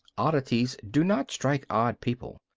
oddities do not strike odd people.